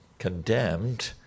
condemned